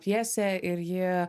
pjesė ir ji